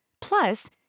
Plus